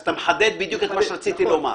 אז אתה מחדד בדיוק את מה שרציתי לומר.